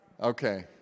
Okay